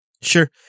sure